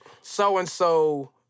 so-and-so